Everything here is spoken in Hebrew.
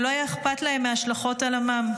ולא היה אכפת להם מההשלכות על עמם.